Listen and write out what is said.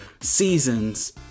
seasons